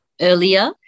earlier